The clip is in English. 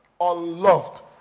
Unloved